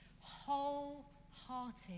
whole-hearted